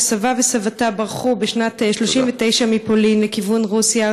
שסבה וסבתה ברחו בשנת 1939 מפולין לכיוון רוסיה.